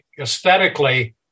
aesthetically